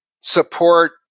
support